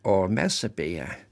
o mes apie ją